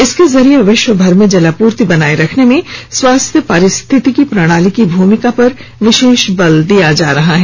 इसके जरिए विश्व भर में जलापूर्ति बनाए रखने में स्वस्थ पारिस्थितिकी प्रणाली की भूमिका पर विशेष बल दिया जा रहा है